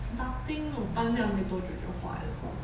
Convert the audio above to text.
starting 我搬掉没多久就坏了